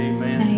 Amen